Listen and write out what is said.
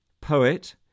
poet